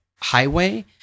Highway